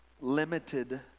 limited